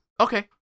okay